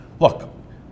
look